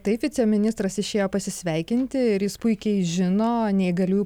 taip viceministras išėjo pasisveikinti ir jis puikiai žino neįgaliųjų